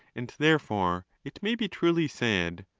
and, therefore, it may be truly said,